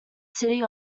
city